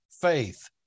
faith